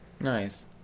nice